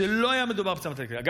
שלא היה מדובר בפצצה מתקתקת.